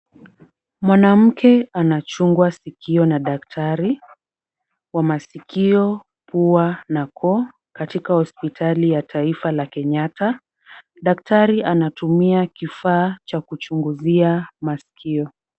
Mwanamke anachungwa sikio na daktari wa masikio, pua na koo katika hospitali ya Taifa la Kenyatta. Daktari anatumia kifaa cha kuchungulia masikio.